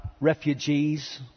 refugees